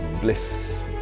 bliss